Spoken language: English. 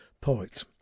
poet